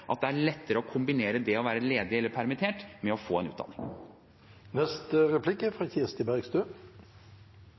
at det er lettere å kombinere det å være ledig eller permittert med å få en